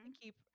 keep